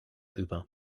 über